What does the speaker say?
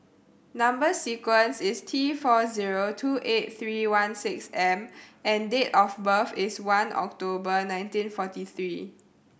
number sequence is T four zero two eight three one six M and date of birth is one October nineteen forty three